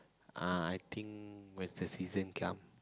ah I think when the season comes